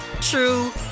true